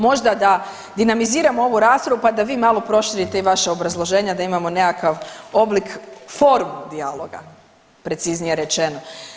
Možda da dinamiziramo ovu raspravu pa da vi malo proširite i vaša obrazloženja da imamo nekakav oblik formu dijaloga preciznije rečeno.